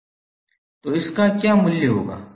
तो इसका क्या मूल्य होगा